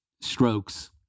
strokes